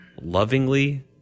lovingly